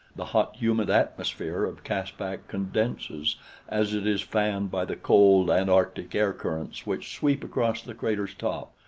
the hot, humid atmosphere of caspak condenses as it is fanned by the cold antarctic air-currents which sweep across the crater's top,